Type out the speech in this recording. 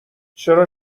چرا